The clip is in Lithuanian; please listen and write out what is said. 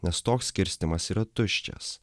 nes toks skirstymas yra tuščias